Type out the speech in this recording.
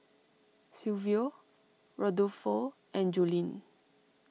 Silvio Rodolfo and Joline